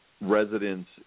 residents